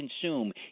consume